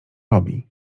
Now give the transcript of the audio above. robi